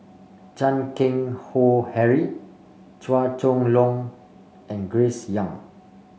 Chan Keng Howe Harry Chua Chong Long and Grace Young